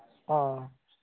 অঁ